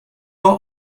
are